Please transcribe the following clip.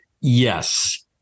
Yes